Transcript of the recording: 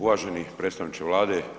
Uvaženi predstavniče Vlade.